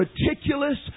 meticulous